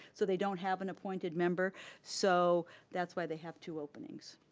so, they don't have an appointed member so that's why they have two openings.